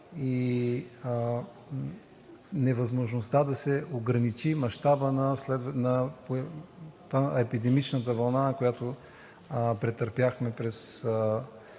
и невъзможността да се ограничи мащабът на епидемичната вълна, която претърпяхме през